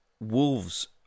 Wolves